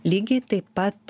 lygiai taip pat